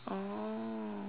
oh